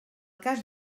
cas